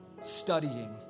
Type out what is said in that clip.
studying